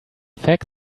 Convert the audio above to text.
fact